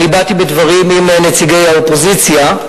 אני באתי בדברים עם נציגי האופוזיציה.